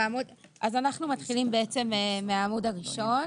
אנחנו מתחילים מהעמוד הראשון,